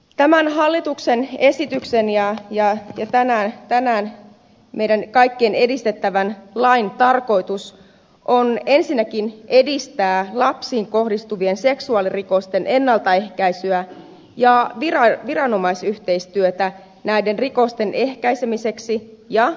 tämän hallituksen esityksen ja tänään meidän kaikkien edistämän lain tarkoitus on ensinnäkin edistää lapsiin kohdistuvien seksuaalirikosten ennaltaehkäisyä ja viranomaisyhteistyötä näiden rikosten ehkäisemiseksi ja torjumiseksi